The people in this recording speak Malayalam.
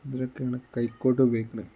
അതിനൊക്കെയാണ് കൈക്കോട്ടു ഉപയോഗിക്കണത്